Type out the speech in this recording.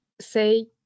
say